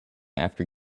after